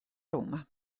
roma